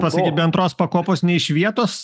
pasakyt be antros pakopos nė iš vietos